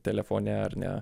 telefone ar ne